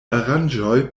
aranĝoj